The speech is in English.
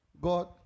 God